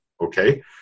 okay